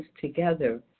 together